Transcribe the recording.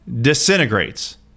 disintegrates